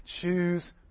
choose